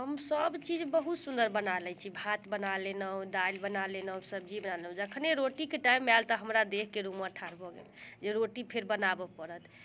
हम सभ चीज बहुत सुंदर बना लैत छी भात बना लेलहुँ दालि बना लेलहुँ सब्जी बना लेलहुँ जखने रोटीके टाइम आएल तऽ हमरा देहके रोआँ ठाढ़ भऽ गेल जे रोटी फेर बनाबऽ पड़त